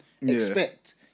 expect